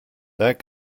that